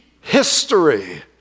History